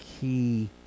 key